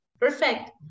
Perfect